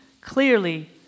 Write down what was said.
clearly